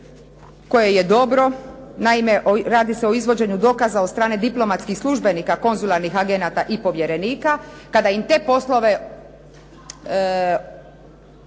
koje je dobro, naime radi se o izvođenju dokaza od strane diplomatskih službenika, konzularnih agenata i povjerenika, kada im te poslove